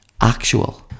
actual